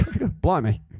Blimey